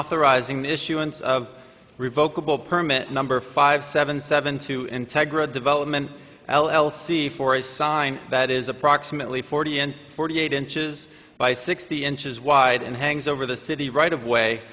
authorizing the issuance of revokable permit number five seven seven two integra development l l c for a sign that is approximately forty and forty eight inches by sixty inches wide and hangs over the city right of way